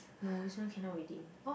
no this one cannot redeem